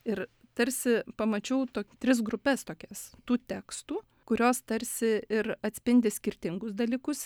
ir tarsi pamačiau tok tris grupes tokias tų tekstų kurios tarsi ir atspindi skirtingus dalykus